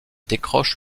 décroche